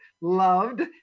loved